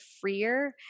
freer